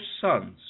sons